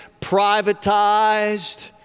privatized